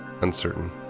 uncertain